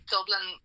Dublin